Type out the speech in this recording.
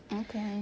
okay